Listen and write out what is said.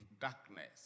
darkness